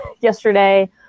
yesterday